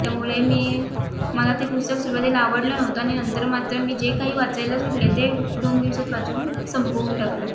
त्यामुळे मी मला ते पुस्तक सुरुवातीला आवडलं नव्हतं आणि नंतर मात्र मी जे काही वाचायला सुटले ते दोन दिवसात वाचून संपवून टाकलं